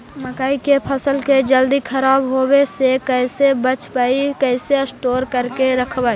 मकइ के फ़सल के जल्दी खराब होबे से कैसे बचइबै कैसे स्टोर करके रखबै?